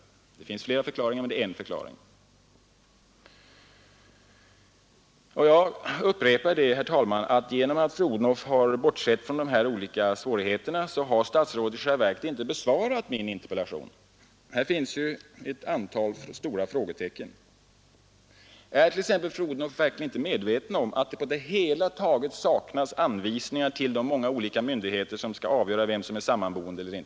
Det finns flera förklaringar, men detta är en. Jag upprepar, herr talman, att fru Odhnoff genom att bortse från dessa olika svårigheter i själva verket inte har besvarat min interpellation. Här finns ett antal stora frågetecken. Är t.ex. fru Odhnoff verkligen inte medveten om att det på det hela taget saknas anvisningar till de många olika myndigheter som skall avgöra vem som är sammaboende?